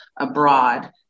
abroad